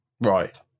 Right